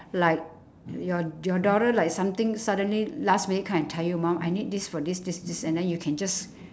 like your your daughter like something suddenly last minute come and tell you mum I need this for this this this and then you can just